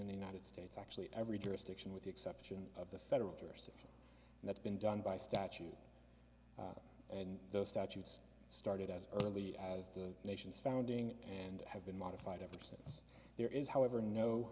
in the united states actually every jurisdiction with the exception of the federal jurisdiction and that's been done by statute and those statutes started as early as the nation's founding and have been modified ever since there is however no